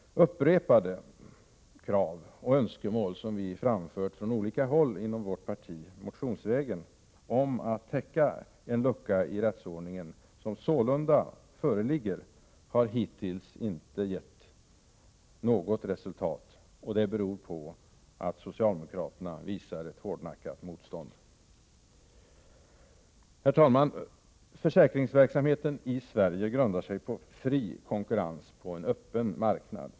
Upprepade krav och önskemål som vi i vårt parti har framfört motionsvägen om att täcka den lucka i rättsordningen som sålunda föreligger har hittills icke gett något resultat, beroende på socialdemokraternas hårdnackade motstånd. Herr talman! Försäkringsverksamheten i Sverige grundar sig på fri konkurrens på en öppen marknad.